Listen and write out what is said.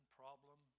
problem